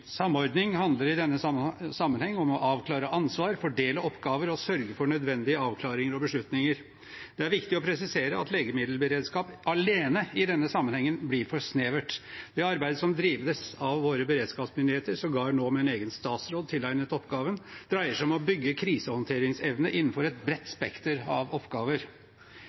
samordning. Samordning handler i denne sammenheng om å avklare ansvar, fordele oppgaver og sørge for nødvendige avklaringer og beslutninger. Det er viktig å presisere at legemiddelberedskap alene i denne sammenhengen blir for snevert. Det arbeidet som drives av våre beredskapsmyndigheter – sågar nå med en egen statsråd tilegnet oppgaven – dreier seg om å bygge krisehåndteringsevne innenfor et bredt spekter av oppgaver.